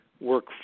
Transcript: work